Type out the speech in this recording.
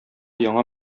яңа